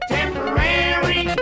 Temporary